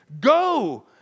Go